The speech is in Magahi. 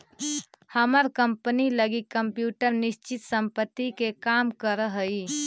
हमर कंपनी लगी कंप्यूटर निश्चित संपत्ति के काम करऽ हइ